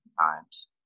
times